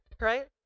right